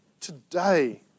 today